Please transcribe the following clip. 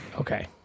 Okay